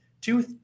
two